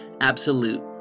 absolute